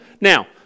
now